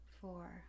four